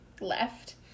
left